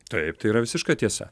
taip tai yra visiška tiesa